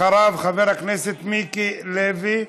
אחריו, חבר הכנסת מיקי לוי.